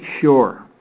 sure